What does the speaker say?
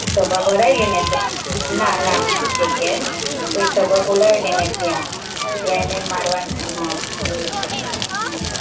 સભા ભરાયેલીને ત્યાં ના ના બીજી જગ્યાએ કોઈ સભા બોલાયેલી ને ત્યાં ત્યાં એને મારવાનો હં એવું છે હં